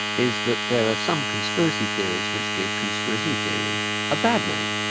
is that there are some conspiracy theories which give conspiracy theories bad name,